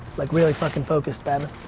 like really fuckin' focused babin.